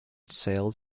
sail